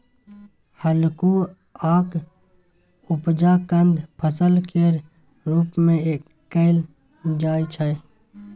अल्हुआक उपजा कंद फसल केर रूप मे कएल जाइ छै